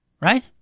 Right